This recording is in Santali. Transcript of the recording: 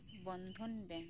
ᱵᱚᱱᱫᱷᱚᱱ ᱵᱮᱝ